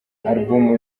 album